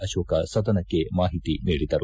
ಆಶೋಕ್ ಸದನಕ್ಕೆ ಮಾಹಿತಿ ನೀಡಿದರು